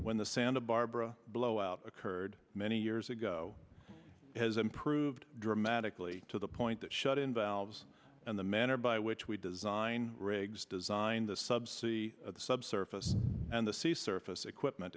when the santa barbara blowout occurred many years ago has improved dramatically to the point that shut in valves and the manner by which we design rigs designed the sub see the subsurface and the sea surface equipment